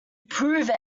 prove